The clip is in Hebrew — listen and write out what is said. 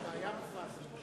חיים אמסלם,